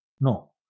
No